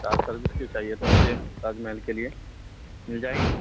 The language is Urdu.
کار سروس کے لیے چاہیے تھا مجھے تاج محل کے لیے مل جائے گی